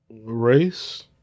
Race